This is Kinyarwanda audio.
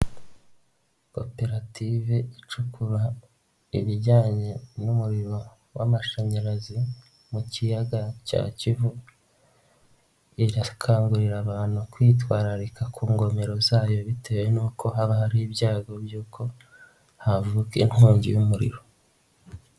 Koperative icukura ibijyanye n'umuriro w'amashanyarazi mu kiyaga cya Kivu irakangurira abantu kwitwararika ku ngomero zayo bitewe n'uko haba hari ibyago by'uko havuka inkongi y'umuriro.